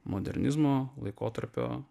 modernizmo laikotarpio